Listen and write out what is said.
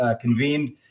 convened